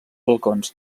balcons